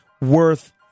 worth